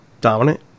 Dominant